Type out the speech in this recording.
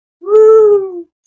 Woo